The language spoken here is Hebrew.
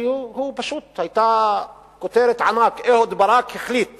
כי פשוט היתה כותרת ענק: אהוד ברק החליט